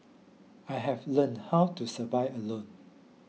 I have learnt how to survive alone